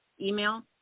email